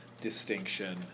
distinction